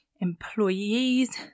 employees